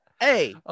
Hey